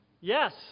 Yes